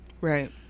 Right